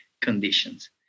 Conditions